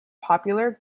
popular